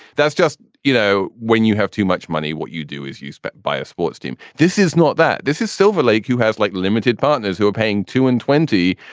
that's just you know, when you have too much money, what you do is use but by a sports team. this is not that. this is silver lake, who has like limited partners who are paying two and twenty.